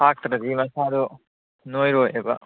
ꯊꯥꯛꯇ꯭ꯔꯗꯤ ꯃꯁꯥꯗꯨ ꯅꯣꯏꯔꯣꯏꯕ